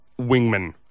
wingman